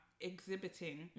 Exhibiting